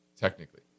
technically